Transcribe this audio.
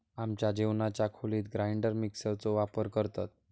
आमच्या जेवणाच्या खोलीत ग्राइंडर मिक्सर चो वापर करतत